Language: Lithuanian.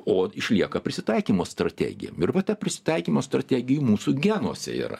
o išlieka prisitaikymo strategija virvutė prisitaikymo strategijų mūsų genuose yra